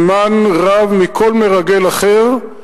זמן רב מכל מרגל אחר,